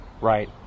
Right